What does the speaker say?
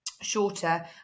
shorter